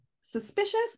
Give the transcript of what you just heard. suspicious